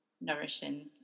nourishing